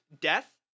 death